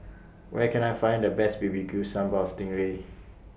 Where Can I Find The Best B B Q Sambal Sting Ray